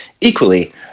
Equally